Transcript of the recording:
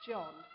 John